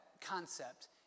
concept